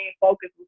focus